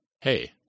hey